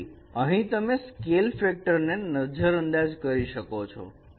તેથી અહીં તમે સ્કેલ ફેક્ટર ને નજર અંદાજ કરી શકો છો